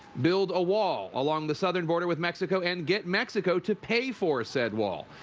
build a wall along the southern border with mexico and get mexico to pay for said wall,